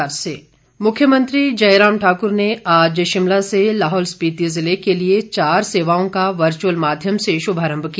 मुख्यमंत्री मुख्यमंत्री जयराम ठाक्र ने आज शिमला से लाहौल स्पीति ज़िले के लिए चार सेवाओं का वर्चअल माध्यम से शुभारम्भ किया